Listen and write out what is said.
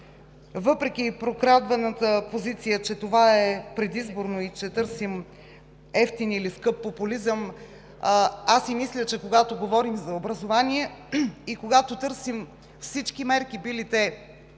въпреки прокрадваната позиция, че това е предизборно и че търсим евтин или скъп популизъм, мисля, че когато говорим за образование и когато търсим всички мерки – били те